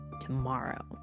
tomorrow